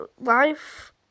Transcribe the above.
Life